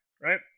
right